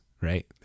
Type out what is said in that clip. right